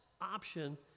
option